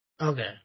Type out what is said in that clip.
Okay